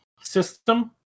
system